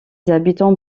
habitants